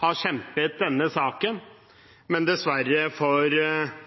har kjempet denne saken, men dessverre for